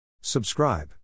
Subscribe